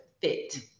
fit